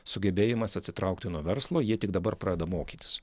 sugebėjimas atsitraukti nuo verslo jie tik dabar pradeda mokytis